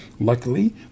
Luckily